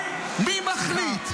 מי מחליט?